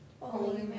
Holy